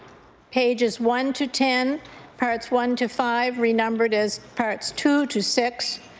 pages one to ten parts one to five renumbered as parts two to six,